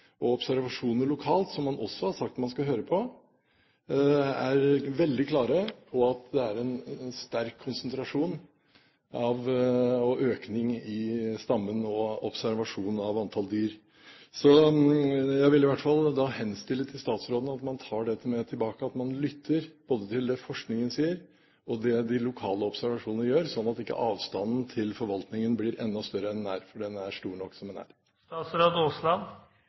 Observasjoner lokalt – som man også har sagt man skal høre på – går veldig klart på at det er en sterk konsentrasjon og en økning i stammen og observasjonen av antall dyr. Jeg vil i hvert fall henstille til statsråden at man tar dette med tilbake, og at man lytter både til det forskningen sier, og til lokale observasjoner, slik at ikke avstanden til forvaltningen blir enda større enn den er, for den er stor nok som den er.